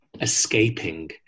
escaping